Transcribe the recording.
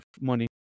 money